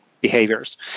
behaviors